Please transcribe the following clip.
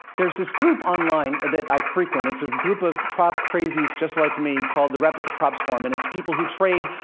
there's this group online that i frequent. it's a group of prop crazies just like me called the replica props forum, and it's people who trade,